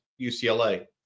UCLA